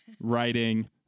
writing